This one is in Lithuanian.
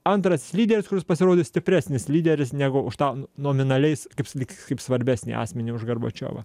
antras lyderis kuris pasirodo stipresnis lyderis negu už tą no nominaliais kaip sakyt k kaip svarbesnį asmenį už gorbačiovą